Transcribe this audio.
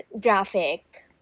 graphic